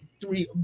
Three